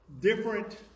different